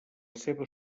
seva